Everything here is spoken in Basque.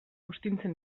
buztintzen